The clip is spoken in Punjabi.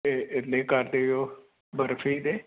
ਕਰ ਦੀਓ ਬਰਫੀ ਦੇ